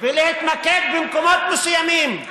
ולהתמקד במקומות מסוימים.